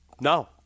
No